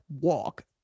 walk